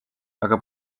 aga